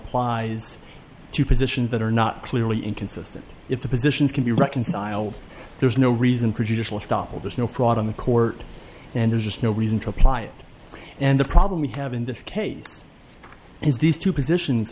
applies to positions that are not clearly inconsistent if the positions can be reconciled there's no reason for judicial stoppel there's no fraud on the court and there's just no reason to apply it and the problem we have in this case is these two position